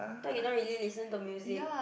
thought you don't really listen to music